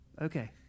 Okay